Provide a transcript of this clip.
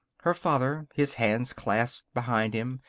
her father, his hands clasped behind him,